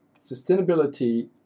sustainability